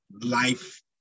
life